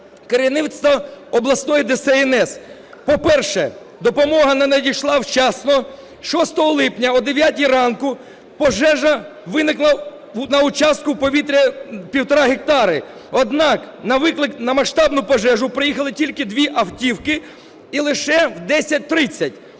керівництво обласної ДСНС. По-перше, допомога не надійшла вчасно. 6 липня о 9 ранку пожежа виникла на участку в півтора гектари, однак на масштабну пожежу приїхали тільки дві автівки і лише о 10:30.